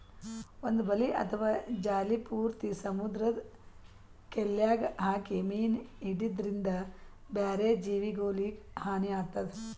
ಒಂದ್ ಬಲಿ ಅಥವಾ ಜಾಲಿ ಪೂರ್ತಿ ಸಮುದ್ರದ್ ಕೆಲ್ಯಾಗ್ ಹಾಕಿ ಮೀನ್ ಹಿಡ್ಯದ್ರಿನ್ದ ಬ್ಯಾರೆ ಜೀವಿಗೊಲಿಗ್ ಹಾನಿ ಆತದ್